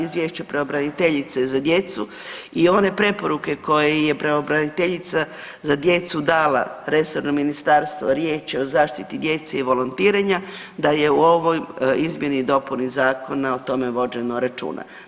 Izvješće pravobraniteljice za djecu i one preporuke koje je pravobraniteljica za djecu dala resorno ministarstvo, riječ je o zaštiti djece i volontiranja, da je u ovoj Izmjeni i dopuni zakona o tome vođeno računa.